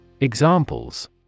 Examples